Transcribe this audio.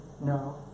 No